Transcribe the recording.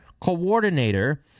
coordinator